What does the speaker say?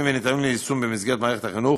וניתנים ליישום במסגרת מערכת החינוך.